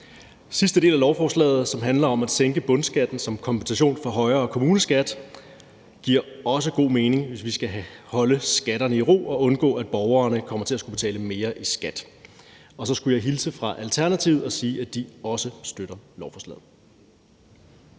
sidste del af lovforslaget, som handler om at sænke bundskatten som kompensation for højere kommuneskat, giver også god mening, hvis vi skal holde skatterne i ro og undgå, at borgerne kommer til at skulle betale mere i skat. Så skulle jeg hilse fra Alternativet og sige, at de også støtter lovforslaget.